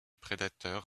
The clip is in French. prédateur